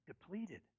depleted